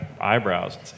eyebrows